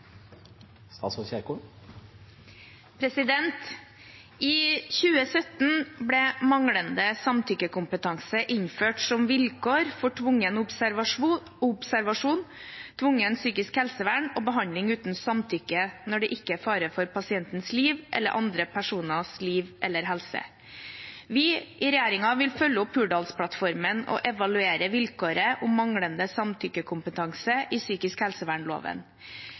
I 2017 ble manglende samtykkekompetanse innført som vilkår for tvungen observasjon, tvungent psykisk helsevern og behandling uten samtykke når det ikke er fare for pasientens liv eller andre personers liv eller helse. Vi i regjeringen vil følge opp Hurdalsplattformen og evaluere vilkåret om manglende samtykkekompetanse i psykisk helsevernloven.